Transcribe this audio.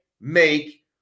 make